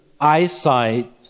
eyesight